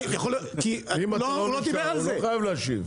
אם אתה לא נשאר הוא לא חייב להשיב.